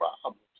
problems